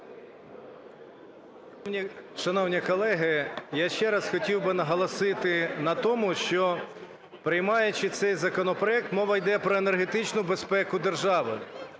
Шановні колеги, я ще раз хотів би наголосити на тому, що, приймаючи цей законопроект, мова йде про енергетичну безпеку держави,